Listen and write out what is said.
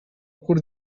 could